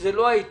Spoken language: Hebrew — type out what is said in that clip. שזה לא העיתוי,